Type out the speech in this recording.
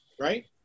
Right